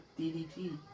DDT